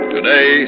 Today